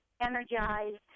energized